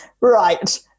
right